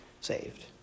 saved